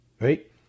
right